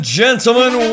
gentlemen